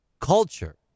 culture